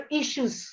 issues